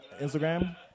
Instagram